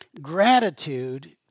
Gratitude